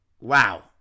Wow